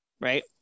Right